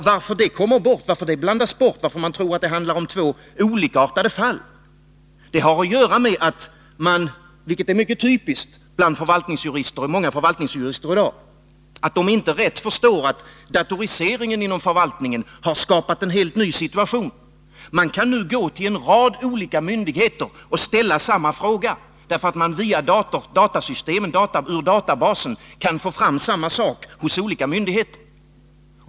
Orsaken till » att man tror att det handlar om två olikartade fall har att göra med något som är mycket typiskt bland förvaltningsjurister i dag, att de inte rätt förstår att datoriseringen inom förvaltningen har skapat en helt ny situation. Det är numera möjligt att gå till en rad olika myndigheter och ställa samma fråga, därför att man ur databasen kan få fram samma sak hos olika myndigheter.